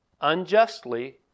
Unjustly